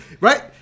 right